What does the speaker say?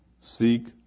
Seek